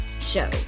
show